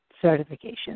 certification